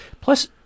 Plus